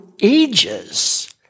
ages